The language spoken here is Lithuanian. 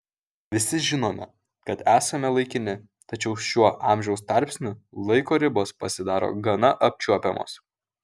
visi žinome kad esame laikini tačiau šiuo amžiaus tarpsniu laiko ribos pasidaro gana apčiuopiamos